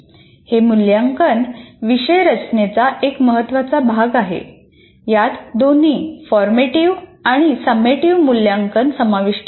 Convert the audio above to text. हे मूल्यांकन विषय रचनेचा एक महत्त्वाचा भाग आहे यात दोन्ही फॉर्मेटिव्ह आणि समेटिव मूल्यांकन समाविष्ट आहेत